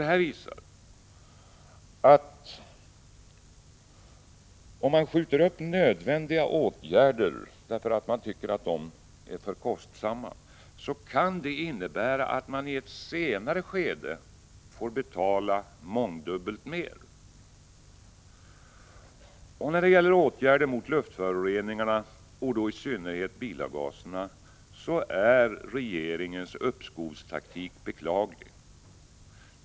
Detta visar att om man skjuter upp nödvändiga åtgärder därför att man tycker att de är för kostsamma, kan det innebära att man i ett senare skede får betala mångdubbelt mer. När det gäller åtgärder mot luftföroreningarna, och då i synnerhet mot bilavgaserna, är regeringens uppskovstaktik beklaglig.